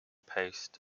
post